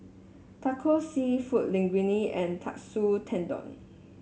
Tacos seafood Linguine and Katsu Tendon